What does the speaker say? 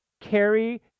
carry